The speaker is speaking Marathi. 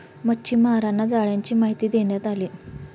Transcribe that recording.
मच्छीमारांना जाळ्यांची माहिती देण्यात आली